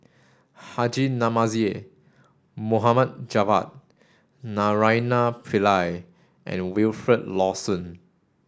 Haji Namazie Javad Naraina Pillai and Wilfed Lawson